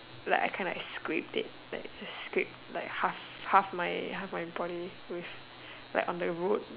like I kind like scraped it like scrape like half half my half my body with like on the road